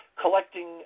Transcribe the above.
collecting